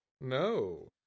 No